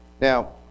Now